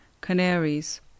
Canaries